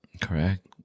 correct